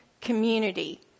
community